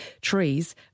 trees